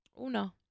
Uno